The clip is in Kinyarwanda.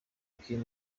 kim